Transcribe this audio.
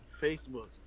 Facebook